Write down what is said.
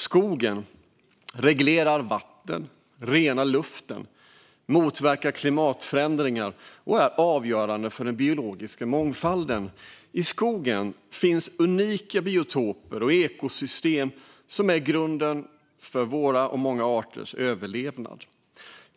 Skogen reglerar vatten, renar luft, motverkar klimatförändringar och är avgörande för den biologiska mångfalden. I skogen finns unika biotoper och ekosystem som är grunden för många arters överlevnad.